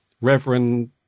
Reverend